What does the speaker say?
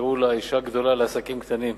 קראו לה "אשה גדולה לעסקים קטנים".